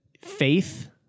faith